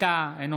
ווליד טאהא,